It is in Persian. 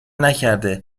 نکرده